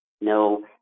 No